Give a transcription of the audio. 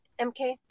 MK